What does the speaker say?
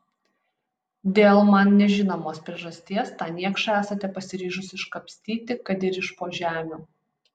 dėl man nežinomos priežasties tą niekšą esate pasiryžusi iškapstyti kad ir iš po žemių